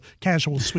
Casual